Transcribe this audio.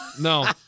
No